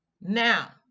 Now